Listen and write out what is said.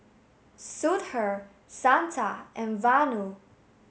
Sudhir Santha and Vanu